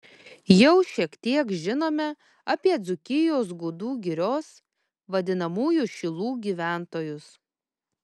jau šiek tiek žinome apie dzūkijos gudų girios vadinamųjų šilų gyventojus